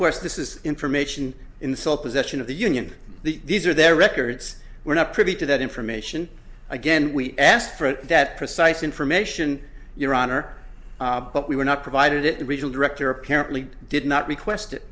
course this is information insult possession of the union these are their records we're not privy to that information again we asked for that precise information your honor but we were not provided it regional director apparently did not request it